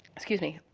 excuse me,